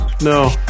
No